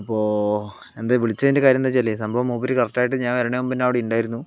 അപ്പോൾ എന്താ വിളിച്ചതിൻ്റെ കാര്യംന്താച്ചാല് സംഭവം മൂപ്പര് കറക്റ്റായിട്ട് ഞാൻ വരണേന് മുമ്പ് തന്നെ അവിടെ ഉണ്ടായിരുന്നു